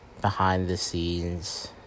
behind-the-scenes